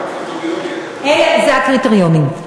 זה לא הקריטריונים.